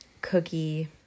cookie